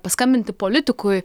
paskambinti politikui